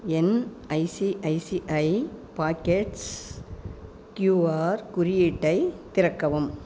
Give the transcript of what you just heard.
என் ICICI pockets QR குறியீட்டை திறக்கவும்